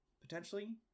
potentially